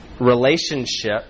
relationship